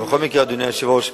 אדוני היושב-ראש,